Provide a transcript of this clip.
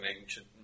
ancient